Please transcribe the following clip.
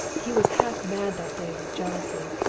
he was half mad that day with jealousy.